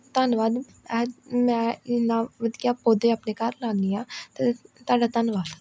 ਧੰਨਵਾਦ ਐ ਮੈਂ ਇੰਨਾ ਵਧੀਆ ਪੌਦੇ ਆਪਣੇ ਘਰ ਲਾਉਂਦੀ ਹਾਂ ਅਤੇ ਤੁਹਾਡਾ ਧੰਨਵਾਦ